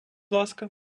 ласка